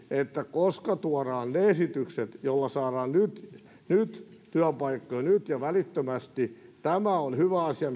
koska tuodaan ne esitykset joilla saadaan nyt työpaikkoja nyt ja välittömästi tämä on hyvä asia